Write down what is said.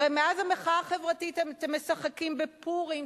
הרי מאז המחאה החברתית אתם משחקים בפורים,